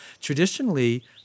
Traditionally